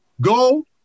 Go